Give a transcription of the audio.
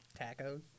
Tacos